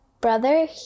brother